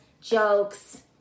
jokes